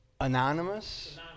anonymous